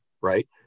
right